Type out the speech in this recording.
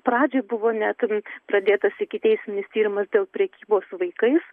pradžiai buvo net pradėtas ikiteisminis tyrimas dėl prekybos vaikais